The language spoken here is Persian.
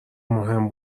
مهم